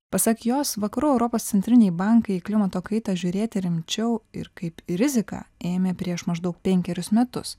pasak jos vakarų europos centriniai bankai į klimato kaitą žiūrėti rimčiau ir kaip į riziką ėmė prieš maždaug penkerius metus